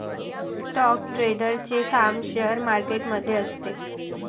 stock ट्रेडरचे काम share market मध्ये असते